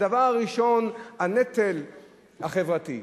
הדבר הראשון, הנטל החברתי.